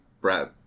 Brad